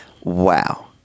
Wow